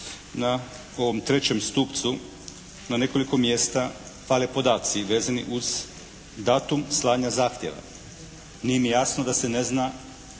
na ovom trećem stupcu na nekoliko mjesta fale podaci vezani uz datum slanja zahtjeva. Nije mi jasno da se ne zna